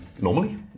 normally